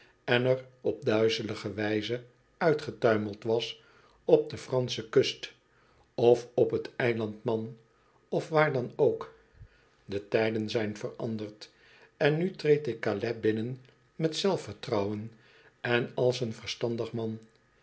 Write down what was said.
en er op duizelige wijze uitgetuimeld was op de fransche kust of op t eiland man of waar dan ook de tijden zijn veranderd en nu treedt de cales binnen met zelfvertrouwen en als een verstandig man